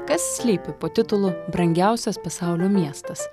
kas slypi po titulu brangiausias pasaulio miestas